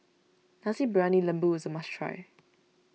Nasi Briyani Lembu is a must try